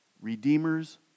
Redeemers